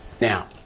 Now